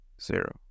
zero